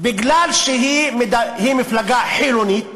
מפני שהיא מפלגה חילונית,